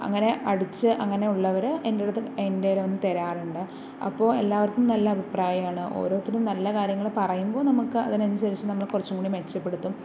അങ്ങനെ അടിച്ച് അങ്ങനെ ഉള്ളവരെ എൻ്റടുത്ത് എൻ്റെ കയ്യില് വന്നു തരാറുണ്ട് അപ്പോൾ എല്ലാവർക്കും നല്ല അഭിപ്രായാണ് ഓരോരുത്തരും നല്ല കാര്യങ്ങള് പറയുമ്പോൾ നമുക്ക് അതിനനുസരിച്ച് നമ്മള് കുറച്ചുംകൂടി മെച്ചപ്പെടുത്തും